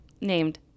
Named